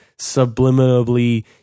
subliminally—